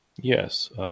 Yes